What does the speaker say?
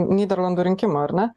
nyderlandų rinkimų ar ne